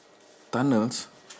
tunnels